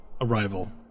arrival